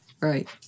right